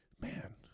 man